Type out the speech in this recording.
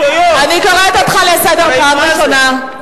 אני קוראת אותך לסדר פעם ראשונה.